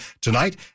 tonight